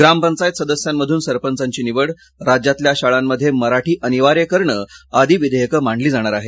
ग्रामपंचायत सदस्यांमधून सरपंचाची निवड राज्यातल्या शाळांमध्ये मराठी अनिवार्य करणं आदी विधेयकं मांडली जाणार आहेत